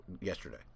yesterday